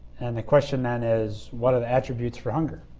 and the question then is what are the attributes for hunger.